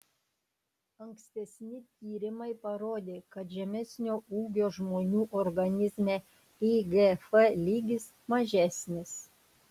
ankstesni tyrimai parodė kad žemesnio ūgio žmonių organizme igf lygis mažesnis